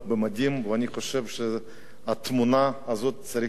ואני חושב שאת התמונה הזאת צריך לפרסם.